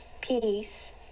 peace